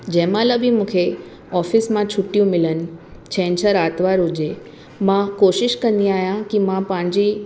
जंहिंमहिल बि मूंखे ऑफिस मां छुटियूं मिलनि छंछरु आरतवारु हुजे मां कोशिशि कंदी आहियां की मां पंहिंजी